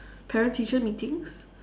parent teacher meetings